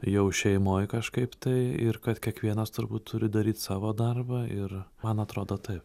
jau šeimoj kažkaip tai ir kad kiekvienas turbūt turi daryt savo darbą ir man atrodo taip